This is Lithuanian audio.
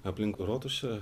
aplink rotušę